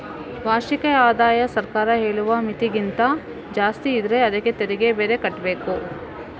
ವಾರ್ಷಿಕ ಆದಾಯ ಸರ್ಕಾರ ಹೇಳುವ ಮಿತಿಗಿಂತ ಜಾಸ್ತಿ ಇದ್ರೆ ಅದ್ಕೆ ತೆರಿಗೆ ಬೇರೆ ಕಟ್ಬೇಕು